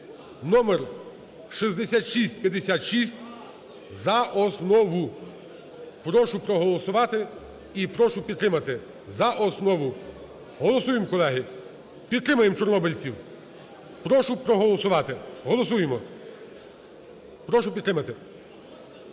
(номер 6656) за основу. Прошу проголосувати і прошу підтримати за основу. Голосуємо, колеги, підтримаємо чорнобильців! Прошу проголосувати. Голосуємо. Прошу підтримати.